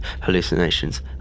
hallucinations